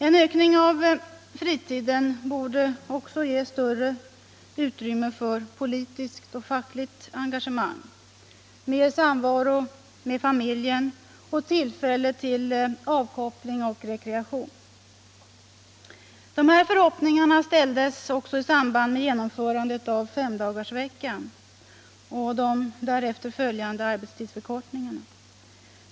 En ökning av fritiden borde också ge större utrymme för politiskt och fackligt engagemang, mer samvaro med familjen och tillfälle till avkoppling och rekreation. Dessa förhoppningar ställdes också i samband med genomförandet av femdagarsveckan och de därefter följande arbetstidsförkortningarna.